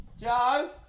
Joe